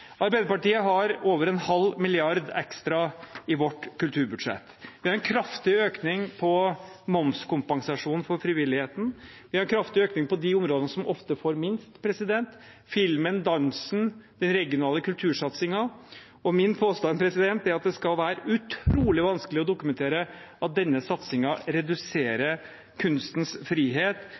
Arbeiderpartiet har over en halv milliard kroner ekstra på sitt kulturbudsjett. Vi har en kraftig økning på momskompensasjon for frivilligheten. Vi har en kraftig økning på de områdene som ofte får minst – filmen, dansen, den regionale kultursatsingen. Og min påstand er at det skal være utrolig vanskelig å dokumentere at denne satsingen reduserer kunstens frihet